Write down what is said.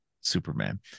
Superman